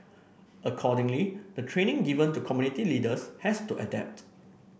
accordingly the training given to community leaders has to adapt